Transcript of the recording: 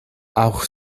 auch